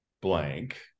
blank